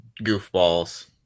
goofballs